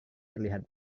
terlihat